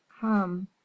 hum